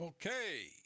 Okay